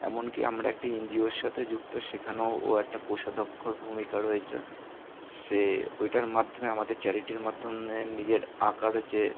এমনকি আমরা একটি এনজিওর সাথে যুক্ত সেখানেও ও একটা কোষাধ্যক্ষর ভূমিকা রয়েছে সে ওইটার মাধ্যমে আমাদের চ্যারিটির মাধ্যমে নিজের আঁকার যে